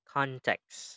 Context